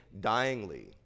dyingly